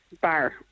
bar